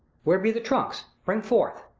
where be the trunks? bring forth.